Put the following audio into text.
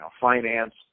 finance